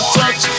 touch